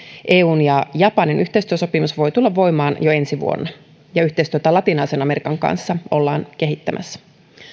eun ja japanin yhteistyösopimus voi tulla voimaan jo ensi vuonna ja yhteistyötä latinalaisen amerikan kanssa ollaan kehittämässä